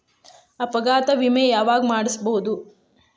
ಅಪಘಾತ ವಿಮೆ ಯಾವಗ ಮಾಡಿಸ್ಬೊದು?